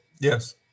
Yes